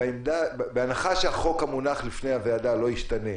בהנחה שהחוק שמונח לפני הוועדה לא ישתנה,